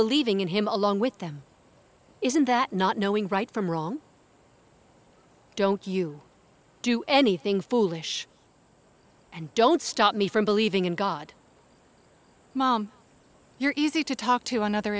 believing in him along with them isn't that not knowing right from wrong don't you do anything foolish and don't stop me from believing in god mom you're easy to talk to on other